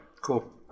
Cool